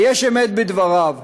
ויש אמת בדבריו.